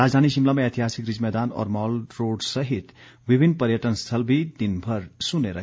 राजधानी शिमला में ऐतिहासिक रिज मैदान और माल रोड सहित विभिन्न पर्यटन स्थल भी दिनभर सूने रहे